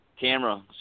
camera